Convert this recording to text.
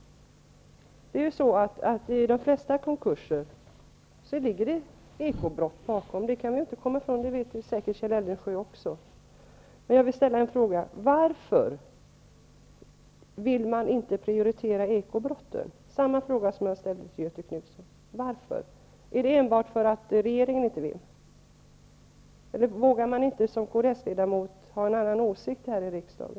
I de flesta konkurser ligger det ekonomiska brott bakom. Det kan vi inte komma ifrån, och det vet säkert Kjell Eldensjö också. Varför vill man inte prioritera beivrandet av den ekonomiska brottsligheten? Det är samma fråga som jag ställde till Göthe Knutson. Är det enbart för att regeringen inte vill? Eller vågar man inte såsom kds-ledamot ha en annan åsikt här i riksdagen.